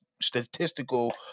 statistical